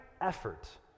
effort